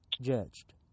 judged